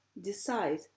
decide